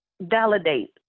validate